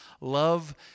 Love